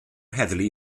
heddlu